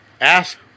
ask